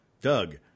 Doug